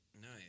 Nice